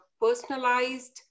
personalized